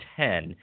ten –